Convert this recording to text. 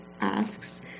asks